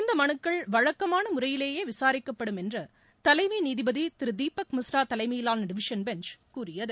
இந்த மனுக்கள் வழக்கமான முறையிலேயே விசாரிக்கப்படும் என்று தலைமை நீதிபதி திரு தீபக் மிஸ்ரா தலைமையிலான டிவிஷன் பெஞ்ச் கூறியது